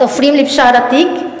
תופרים לבשארה תיק,